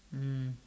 mm